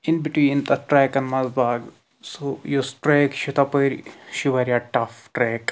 in between تَتھ ٹرٛیکَن منٛز باگ سُہ یُس ٹرٛیک چھِ تَپٲرۍ چھِ واریاہ ٹَف ٹرٛیک